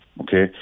okay